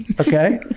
okay